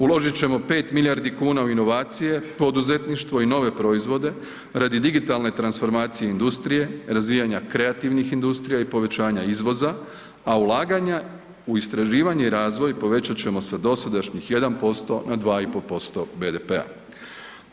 Uložit ćemo 5 milijardi kuna u inovacije, poduzetništvo i nove proizvode radi digitalne transformacije industrije, razvijanja kreativnih industrija i povećanja izvoza, a ulaganja u istraživanje i razvoj povećat ćemo sa dosadašnjih 1% na 2,5% BDP-a.